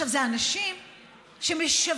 אלה אנשים שמשוועים,